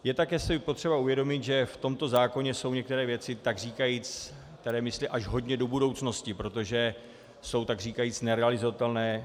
Je si také potřeba uvědomit, že v tomto zákoně jsou některé věci, které myslí až hodně do budoucnosti, protože jsou takříkajíc nerealizovatelné.